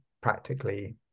practically